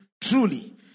truly